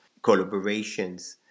collaborations